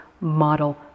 model